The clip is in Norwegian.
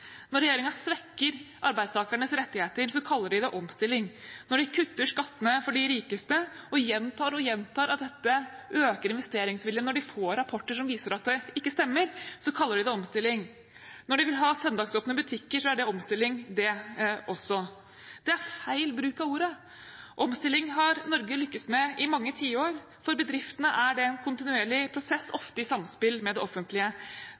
Når regjeringen svekker arbeidstakernes rettigheter, kaller de det omstilling. Når de kutter skattene for de rikeste og gjentar og gjentar at dette øker investeringsviljen, når de får rapporter som viser at det ikke stemmer, kaller de det omstilling. Når de vil ha søndagsåpne butikker, er det også omstilling. Det er feil bruk av ordet. Omstilling har Norge lyktes med i mange tiår. For bedriftene er det en kontinuerlig prosess, ofte i samspill med det offentlige.